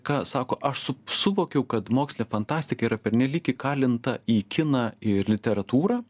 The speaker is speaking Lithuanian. ką sako aš su suvokiau kad mokslinė fantastika yra pernelyg įkalinta į kiną ir literatūrą